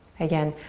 again,